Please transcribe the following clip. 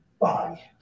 bye